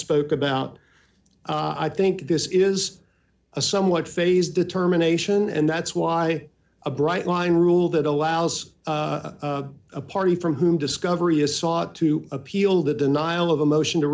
spoke about i think this is a somewhat phased determination and that's why a bright line rule that allows a party from whom discovery has sought to appeal the denial of a motion to